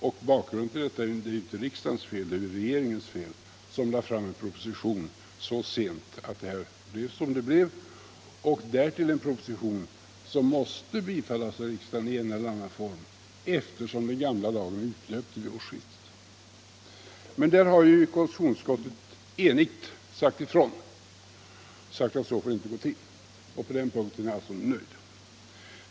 Felet i detta fall är ju inte riksdagens, utan det är regeringen som har gjort fel genom att lägga fram en proposition så sent att det blev som det blev och därtill en proposition som måste bifallas av riksdagen i en eller annan form, eftersom den gamla lagen utlöpte vid årsskiftet 1975-1976.